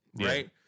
Right